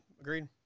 agreed